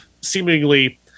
seemingly